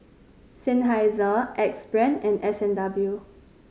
Seinheiser Axe Brand and S and W